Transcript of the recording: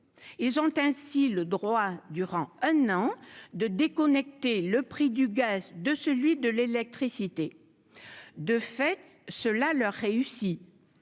ils ont ainsi le droit durant un an de déconnecter le prix du gaz, de celui de l'électricité, de fait, cela leur réussit